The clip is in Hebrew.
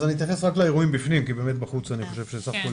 אז אני אתייחס רק לאירועים בפנים כי באמת בחוץ אני חושב שסך הכול